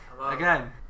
again